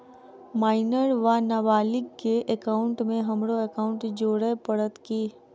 Minor वा नबालिग केँ एकाउंटमे हमरो एकाउन्ट जोड़य पड़त की?